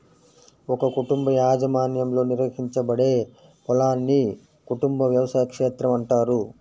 ఒక కుటుంబ యాజమాన్యంలో నిర్వహించబడే పొలాన్ని కుటుంబ వ్యవసాయ క్షేత్రం అంటారు